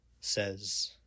says